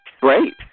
Great